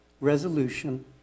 resolution